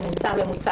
ממוצע,